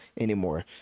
anymore